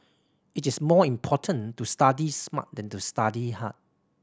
it is more important to study smart than to study hard